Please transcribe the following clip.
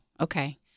okay